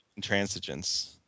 Intransigence